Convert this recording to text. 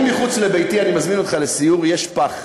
אני, מחוץ לביתי, אני מזמין אותך לסיור, יש פח.